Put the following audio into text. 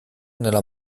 nella